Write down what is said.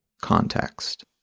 context